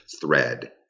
thread